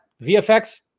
VFX